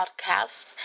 Podcast